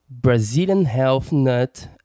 brazilianhealthnut